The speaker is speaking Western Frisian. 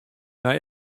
nei